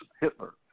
Hitler